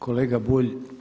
Kolega Bulj.